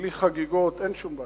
בלי חגיגות, אין שום בעיה.